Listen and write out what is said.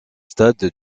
stade